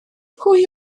pwy